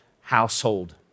household